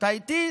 אתה איתי?